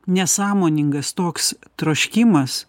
nesąmoningas toks troškimas